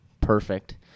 Perfect